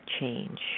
change